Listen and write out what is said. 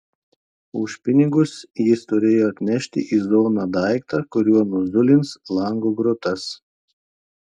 už pinigus jis turėjo atnešti į zoną daiktą kuriuo nuzulins lango grotas